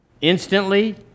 instantly